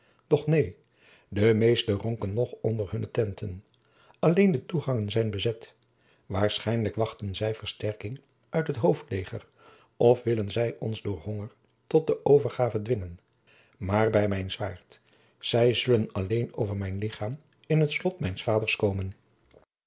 doch neen de meesten ronken nog onder hunne tenten alleen de toegangen zijn bezet waarschijnlijk wachten zij versterking uit het hoofdleger of willen zij ons door honger tot de overgave dwingen maar bij mijn zwaard zij zullen alleen over mijn lichaam in het slot mijns vaders komen